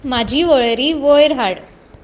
म्हाजी वळेरी वयर हाड